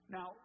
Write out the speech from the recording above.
Now